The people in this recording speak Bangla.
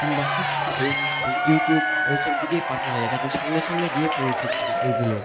কিম্বা এই ইউটিউব ওই সব দিকেই পাঠানো যায় যাতে সঙ্গে সঙ্গে গিয়ে পৌঁছে যায় ওইগুলো